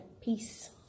peace